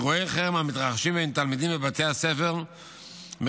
אירועי חרם המתרחשים בין תלמידים בבתי הספר מחייבים